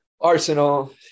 Arsenal